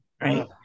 right